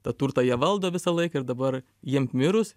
ta turtą jie valdo visą laiką ir dabar jiems mirus